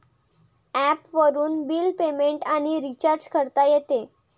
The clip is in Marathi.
ॲपवरून बिल पेमेंट आणि रिचार्ज करता येते